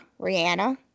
Rihanna